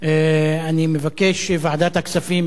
אני מבקש שוועדת הכספים,